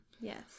Yes